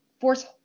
force